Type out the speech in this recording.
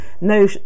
No